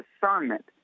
discernment